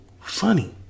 funny